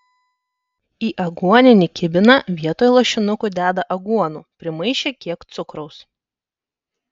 į aguoninį kibiną vietoj lašinukų deda aguonų primaišę kiek cukraus